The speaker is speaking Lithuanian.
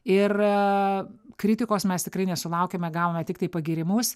ir kritikos mes tikrai nesulaukėme gavome tiktai pagyrimus